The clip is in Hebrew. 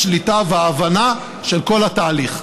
השליטה וההבנה של כל התהליך.